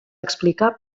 explicar